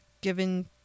given